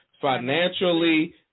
financially